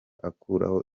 akuraho